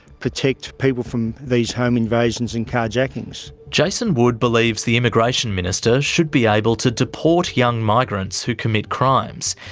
protect people from these home invasions and car-jackings. jason wood believes the immigration minister should be able to deport young migrants who commit crimes,